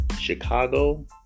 Chicago